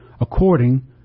according